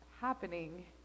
happening